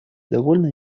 довольно